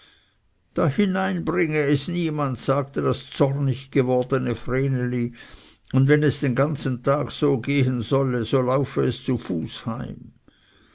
dahinein bringe es niemand sagte das zornig gewordene vreneli und wenn es den ganzen tag so gehen solle so laufe es zu fuß heim